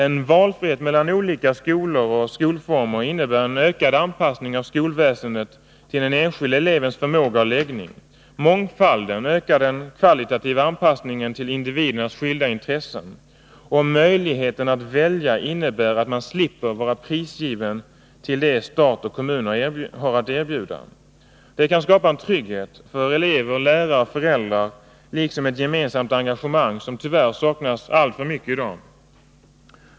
En valfrihet mellan olika skolor och skolformer innebär en ökad anpassning av skolväsendet till den enskilde elevens förmåga och läggning. Mångfalden ökar den kvalitativa anpassningen till individernas skilda intressen. Och möjligheten att välja innebär att man slipper vara prisgiven åt det som stat och kommun har att erbjuda. Det kan skapa en trygghet för elever, lärare och föräldrar, liksom ett gemensamt engagemang som tyvärr alltför mycket saknas i dag.